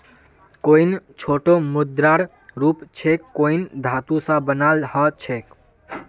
coin छोटो मुद्रार रूप छेक कॉइन धातु स बनाल ह छेक